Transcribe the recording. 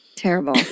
Terrible